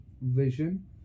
vision